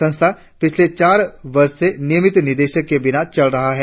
संस्थान पिछले चार वर्षो से नियमित निदेशक के बिना चल रहा है